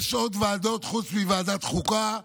יש עוד ועדות חוץ מוועדת החוקה,